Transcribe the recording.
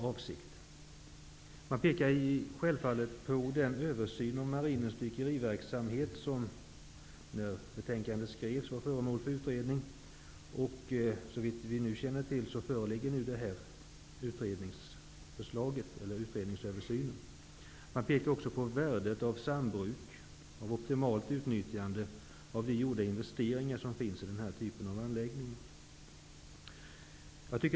Utskottet pekar självfallet på den översyn av marinens dykeriverksamhet som pågick när betänkandet skrevs. Såvitt jag känner till föreligger nu utredningsresultatet. Utskottet pekar också på värdet av sambruk och ett optimalt utnyttjande av de investeringar som har gjorts i denna anläggning.